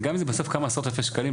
גם אם זה בסוף כמה עשרות אלפי שקלים,